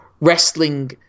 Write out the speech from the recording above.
wrestling